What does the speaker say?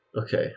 Okay